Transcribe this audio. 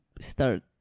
start